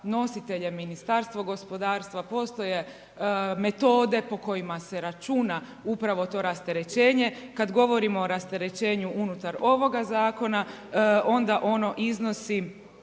nositelj je Ministarstvo gospodarstva, postoje metode po kojima se računa upravo to rasterećenje. Kad govorimo o rasterećenju unutar ovoga zakona onda oni iznosi